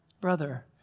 Brother